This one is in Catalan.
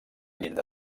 llinda